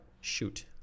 shoot